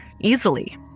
easily